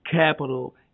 capital